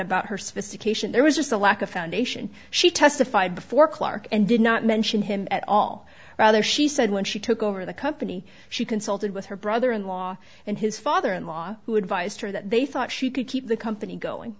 about her sophistication there was just a lack of foundation she testified before clark and did not mention him at all rather she said when she took over the company she consulted with her brother in law and his father in law who advised her that they thought she could keep the company going